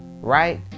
right